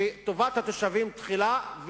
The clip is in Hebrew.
היא שטובת התושבים תחילה,